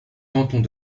cantons